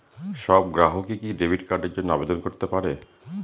সব গ্রাহকই কি ডেবিট কার্ডের জন্য আবেদন করতে পারে?